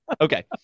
Okay